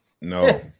No